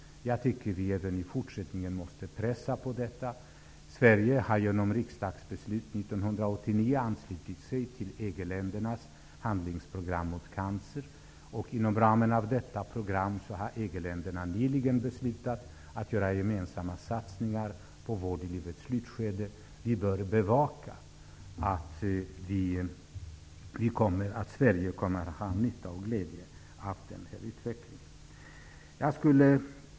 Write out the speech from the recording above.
Vi måste även i fortsättningen pressa på i frågan. Sverige har genom ett riksdagsbeslut 1989 anslutit sig till EG-ländernas handlingsprogram mot cancer. Inom ramen för detta program har EG-länderna nyligen beslutat att göra gemensamma satsningar på vård i livets slutskede. Vi bör bevaka att Sverige får nytta och glädje av den utvecklingen.